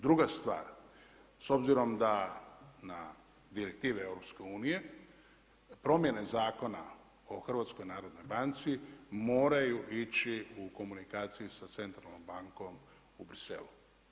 Druga stvar, s obzirom da na direktive EU-a promjene zakona o HNB-u moraju ići u komunikaciji sa centralnom bankom u Bruxellesu.